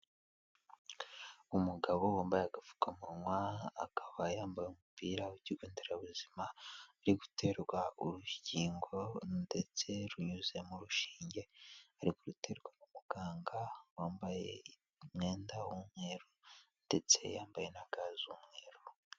Umugabo wambaye agapfukamunwa, akaba yambaye umupira w'ikigo nderabuzima, ari guterwa urukingo ndetse runyuze mu rushinge, ari kuruterwa n'umuganga wambaye umwenda w'umweru ndetse yambaye na ga z'umweru.